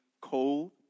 cold